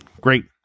great